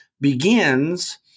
begins